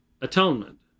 atonement